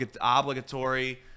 obligatory